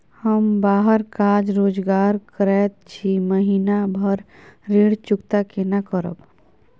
हम बाहर काज रोजगार करैत छी, महीना भर ऋण चुकता केना करब?